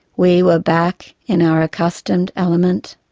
we were back in our accustomed element.